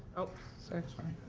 oh sorry.